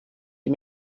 die